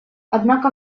однако